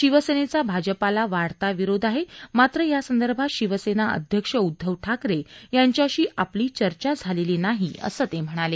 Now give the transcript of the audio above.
शिवसेनेचा भाजपाला वाढता विरोध आहे मात्र यासंदर्भात शिवसेना अध्यक्ष उद्धव ठाकरे यांच्याशी आपली चर्चा झालेली नाही असं ते म्हणाले